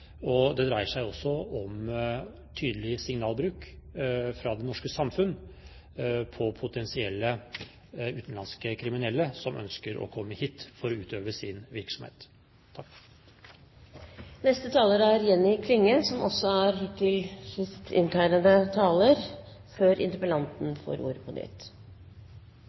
og det dreier seg også om tydelig signalbruk fra det norske samfunn overfor potensielle utenlandske kriminelle som ønsker å komme hit for å utøve sin virksomhet. Utanlandske kriminelle utgjer ein relativt stor andel av dei innsette i norske fengsel. Dette er ei følgje av at kriminalitet og kriminelle beveger seg meir på